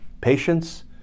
Patience